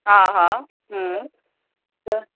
हा हा हम्म त